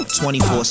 24